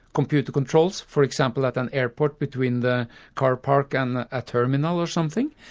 computer controlled, for example at an airport between the car park and a terminal or something.